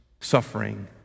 suffering